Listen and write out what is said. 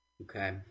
Okay